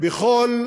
בכל